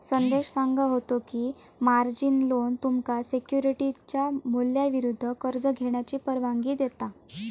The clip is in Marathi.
संदेश सांगा होतो की, मार्जिन लोन तुमका सिक्युरिटीजच्या मूल्याविरुद्ध कर्ज घेण्याची परवानगी देता